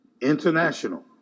international